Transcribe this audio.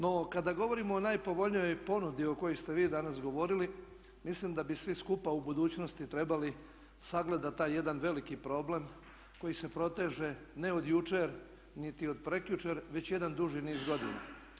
No kada govorimo o najpovoljnijoj ponudi o kojoj ste vi danas govorili mislim da bi svi skupa u budućnosti trebali sagledati taj jedan veliki problem koji se proteže ne od jučer niti od prekjučer već jedan dužni niz godina.